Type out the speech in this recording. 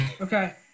Okay